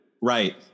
Right